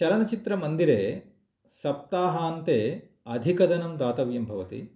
चलनचित्रमन्दिरे सप्ताहान्ते अधिकधनं दातव्यं भवति